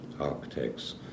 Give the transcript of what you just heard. Architects